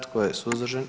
Tko je suzdržan?